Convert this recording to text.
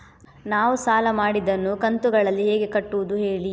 ನಾವು ಸಾಲ ಮಾಡಿದನ್ನು ಕಂತುಗಳಲ್ಲಿ ಹೇಗೆ ಕಟ್ಟುದು ಹೇಳಿ